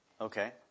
Okay